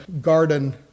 garden